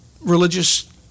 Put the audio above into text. religious